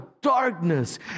darkness